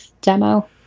demo